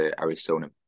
Arizona